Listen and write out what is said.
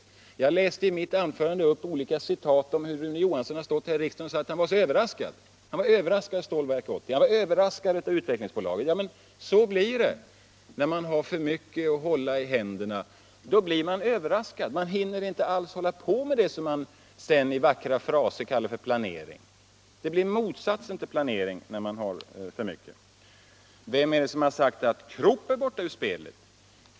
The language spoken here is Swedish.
187 Jag läste i mitt anförande upp olika citat om hur Rune Johansson har stått här i riksdagen och sagt att han var så överraskad. Han var överraskad över Stålverk 80. Han var överraskad över Utvecklingsbolaget. Så blir det när man har för mycket att hålla i händerna. Då blir man överraskad. Man hinner inte alls hålla på med det man sedan i vackra fraser kallar planering. Det blir motsatsen till planering när man har för mycket omkring sig. Vem är det som har sagt att Krupp är borta ur spelet?